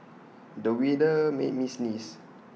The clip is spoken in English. the weather made me sneeze